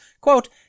quote